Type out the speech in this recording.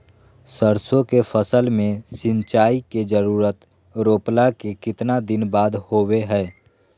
सरसों के फसल में सिंचाई के जरूरत रोपला के कितना दिन बाद होबो हय?